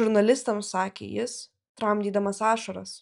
žurnalistams sakė jis tramdydamas ašaras